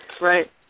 Right